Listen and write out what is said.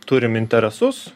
turim interesus